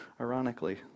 ironically